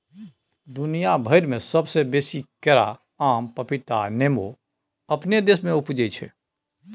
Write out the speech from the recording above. दुनिया भइर में सबसे बेसी केरा, आम, पपीता आ नेमो अपने देश में उपजै छै